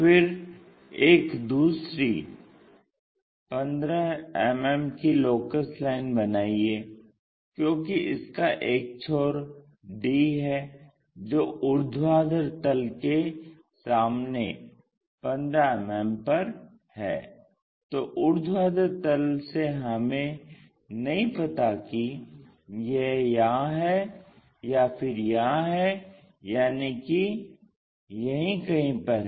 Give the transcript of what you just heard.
फिर एक दूसरी 15 मिमी की लोकस लाइन बनाइये क्योंकि इसका एक छोर D है जो ऊर्ध्वाधर तल के सामने 15 मिमी पर है तो ऊर्ध्वाधर तल से हमें नहीं पता कि यह यहां है या फिर यहां है यानी कि यहीं कहीं पर है